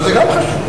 אבל זה גם מאוד חשוב.